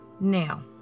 Now